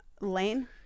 lane